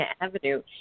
Avenue